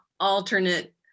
alternate